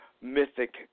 mythic